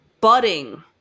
budding